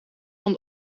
van